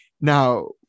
Now